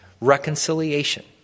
reconciliation